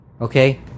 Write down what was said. okay